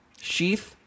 sheath